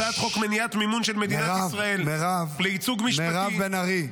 הצעת חוק מניעת מימון של מדינת ישראל -- מירב בן ארי.